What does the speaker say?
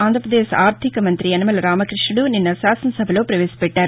ఆంధ్రప్రదేశ్ ఆర్దిక మంతి యనమల రామకృష్ణుడు నిన్న శాసనసభలో పదేశపెట్టారు